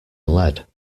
lead